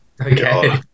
Okay